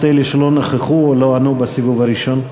אלה שלא נכחו או לא ענו בסיבוב הראשון.